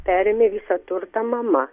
perėmė visą turtą mama